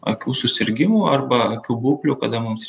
akių susirgimų arba akių būklių kada mums